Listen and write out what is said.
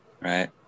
Right